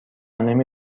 نمی